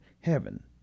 heaven